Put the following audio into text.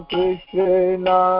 Krishna